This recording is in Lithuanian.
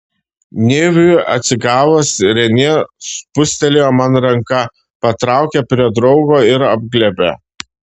neviui atsigavus renė spustelėjo man ranką patraukė prie draugo ir apglėbė